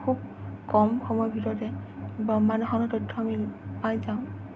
খুব কম সময়ৰ ভিতৰতে ব্ৰহ্মাণ্ডখনৰ তথ্য আমি পাই যাওঁ